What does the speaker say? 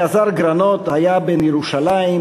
אלעזר גרנות היה בן ירושלים,